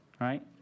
right